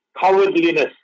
Cowardliness